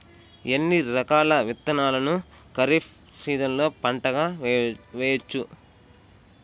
ఎన్ని రకాల విత్తనాలను ఖరీఫ్ సీజన్లో పంటగా వేయచ్చు?